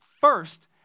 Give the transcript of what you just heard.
first